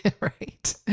Right